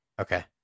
Okay